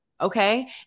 okay